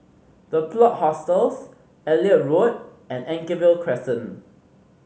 The Plot Hostels Elliot Road and Anchorvale Crescent